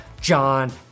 John